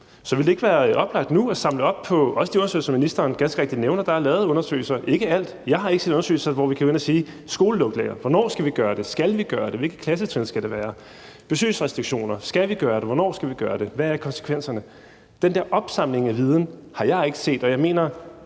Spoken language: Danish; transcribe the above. så ville det ikke være oplagt nu at samle op på også de undersøgelser, som ministeren ganske rigtigt nævner? Der er lavet undersøgelser, men ikke af alt. Jeg har ikke set en undersøgelse, hvor kan vi gå ind og se på skolelukninger: Hvornår skal vi gøre det? Skal vi gøre det? Hvilke klassetrin skal det være? Det kan også være besøgsrestriktioner: Skal vi gøre det? Hvornår skal vi gøre det? Hvad er konsekvenserne? Den der opsamling af viden har jeg ikke set, og jeg mener